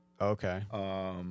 Okay